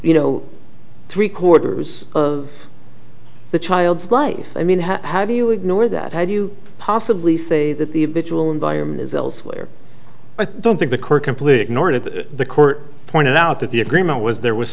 you know three quarters of the child's life i mean how do you ignore that how do you possibly say that the vigil in volume is ilsley or i don't think the court complete ignored that the court pointed out that the agreement was there was